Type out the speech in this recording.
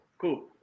cool